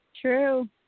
true